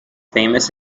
famous